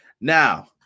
Now